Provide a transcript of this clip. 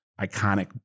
iconic